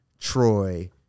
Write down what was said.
Troy